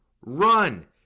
run